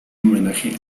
homenaje